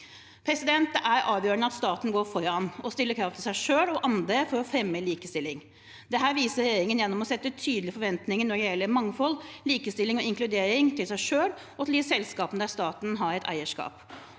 arbeid. Det er avgjørende at staten går foran og stiller krav til seg selv og andre for å fremme likestilling. Dette viser regjeringen gjennom å sette tydelige forventninger når det gjelder mangfold, likestilling og inkludering – til seg selv og til de selskapene der staten har et eierskap,